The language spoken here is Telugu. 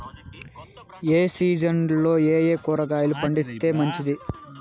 ఏ సీజన్లలో ఏయే కూరగాయలు పండిస్తే మంచిది